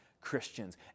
Christians